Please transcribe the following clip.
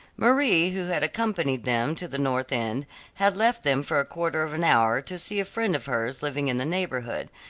marie, who had accompanied them to the north end had left them for a quarter of an hour to see a friend of hers living in the neighborhood,